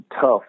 tough